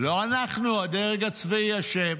לא אנחנו, הדרג הצבאי אשם,